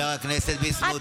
חבר הכנסת ביסמוט, תודה.